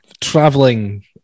traveling